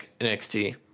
NXT